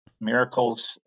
miracles